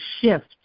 shift